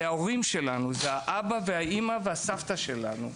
זה ההורים שלנו, הסבא והסבתא שלנו.